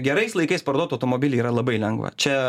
gerais laikais parduot automobilį yra labai lengva čia